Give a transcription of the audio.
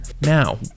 now